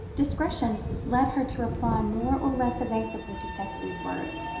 discretion led her to reply more or less evasively to cicely's words,